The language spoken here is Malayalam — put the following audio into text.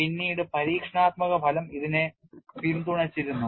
പിന്നീട് പരീക്ഷണാത്മക ഫലം ഇതിനെ പിന്തുണച്ചിരുന്നു